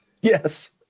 yes